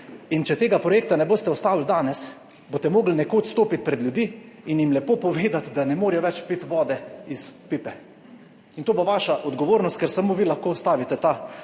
In če tega projekta ne boste ustavili danes, boste morali nekoč stopiti pred ljudi in jim lepo povedati, da ne morejo več piti vode iz pipe. In to bo vaša odgovornost, ker samo vi lahko ustavite ta